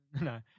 No